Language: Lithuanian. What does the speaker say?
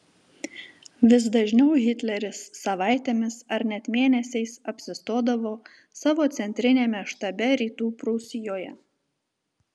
vis dažniau hitleris savaitėmis ar net mėnesiais apsistodavo savo centriniame štabe rytų prūsijoje